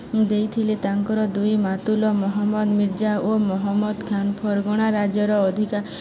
ଦେଇଥିଲେ ତାଙ୍କର ଦୁଇ ମାତୁଲ ମହମ୍ମଦ୍ଦ ମିର୍ଜା ଓ ମହମ୍ମଦ୍ଦ ଖାନ୍ ଫର୍ଗଣା ରାଜ୍ୟର ଅଧିକା